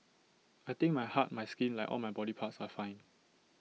I think my heart my skin like all my body parts are fine